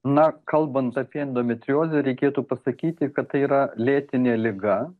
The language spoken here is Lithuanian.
na kalbant apie endometriozę reikėtų pasakyti kad tai yra lėtinė liga